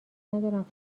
ندارم